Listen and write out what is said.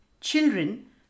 Children